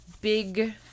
big